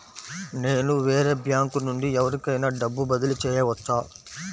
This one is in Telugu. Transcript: నేను వేరే బ్యాంకు నుండి ఎవరికైనా డబ్బు బదిలీ చేయవచ్చా?